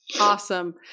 Awesome